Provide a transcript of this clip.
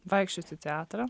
vaikščiot į teatrą